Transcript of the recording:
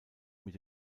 mit